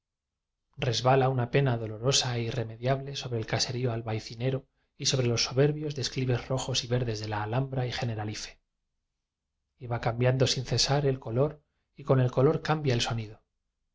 una pena dolorosa e irremediable sobre el caserío albayzinero y sobre los soberbios declives rojos y verdes de la aihambra y generalife y va cambiando sin cesar el color y con el color cambia el sonido